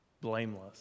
blameless